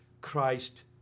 Christ